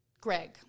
Greg